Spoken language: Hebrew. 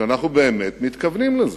שאנחנו באמת מתכוונים לזה.